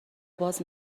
باز